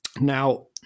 Now